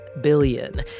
billion